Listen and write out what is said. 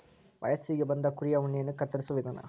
ವಯಸ್ಸಿಗೆ ಬಂದ ಕುರಿಯ ಉಣ್ಣೆಯನ್ನ ಕತ್ತರಿಸುವ ವಿಧಾನ